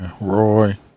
Roy